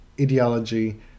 ideology